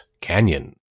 canyon